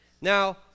Now